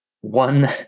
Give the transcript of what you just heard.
one